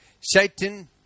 Satan